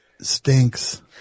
stinks